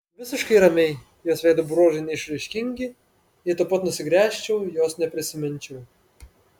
visiškai ramiai jos veido bruožai neišraiškingi jei tuoj pat nusigręžčiau jos neprisiminčiau